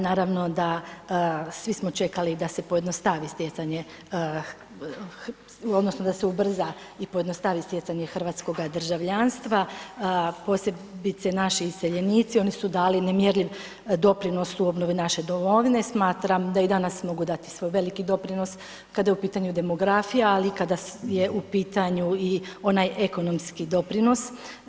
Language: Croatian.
Naravno da, svi smo čekali da se pojednostavi stjecanje, odnosno da se ubrza i pojednostavi stjecanje hrvatskoga državljanstva, posebice naši iseljenici, oni su dali nemjerljiv doprinos u obnovi naše domovine, smatram da i danas mogu dati svoj veliki doprinos kada je u pitanju demografija ali i kada je u pitanju i onaj ekonomski doprinos.